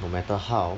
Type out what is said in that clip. no matter how